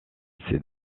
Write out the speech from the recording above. ses